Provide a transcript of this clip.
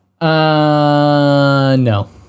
no